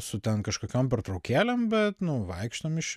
su ten kažkokiom pertraukėlėm bet nu vaikštom iš